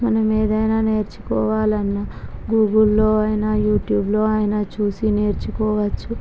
మనం ఏదైనా నేర్చుకోవాలన్నా గూగుల్లో అయినా యూట్యూబ్లో అయినా చూసి నేర్చుకోవచ్చు